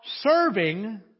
serving